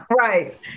right